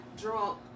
drunk